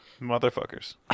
Motherfuckers